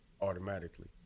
automatically